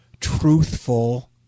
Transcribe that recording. truthful